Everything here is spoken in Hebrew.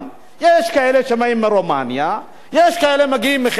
יש כאלה מגיעים מחבר המדינות או ממדינות אפריקה,